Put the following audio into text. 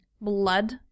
blood